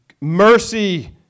mercy